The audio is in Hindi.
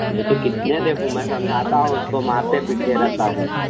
नहीं तो कितने देखूँ मैं समझाता हूँ उसको मारते पीटते रहता हूँ